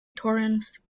torrance